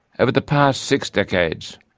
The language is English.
over the past six decades,